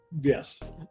Yes